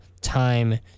time